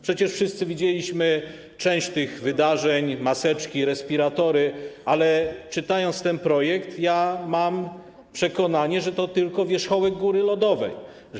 Przecież wszyscy widzieliśmy część tych wydarzeń: maseczki, respiratory, ale czytając ten projekt, mam przekonanie, że to tylko wierzchołek góry lodowej.